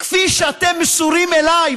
כפי שאתם מסורים אליי,